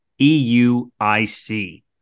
EUIC